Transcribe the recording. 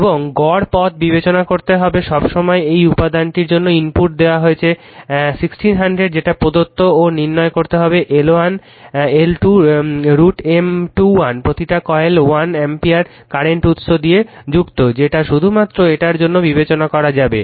এবং গড় পথ বিবেচনা করতে হবে সব সময় এই উপাদানটির জন্য ইনপুট দেওয়া হয়েছে 1600 যেটা প্রদত্ত ও নির্ণয় করতে হবে L1 L2 √ M21 প্রতিটা কয়েল 1 অ্যাম্পিয়ার কারেন্ট উৎস দিয়ে যুক্ত যেটা শুধুমাত্র এটার জন্য বিবেচনা করা যাবে